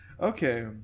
Okay